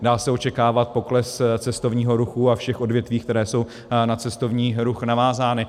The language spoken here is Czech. Dá se očekávat pokles cestovního ruchu a všech odvětví, která jsou na cestovní ruch navázána.